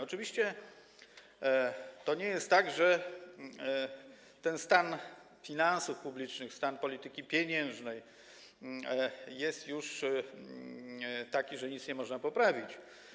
Oczywiście to nie jest tak, że stan finansów publicznych, stan polityki pieniężnej jest już taki, że nic nie można poprawić.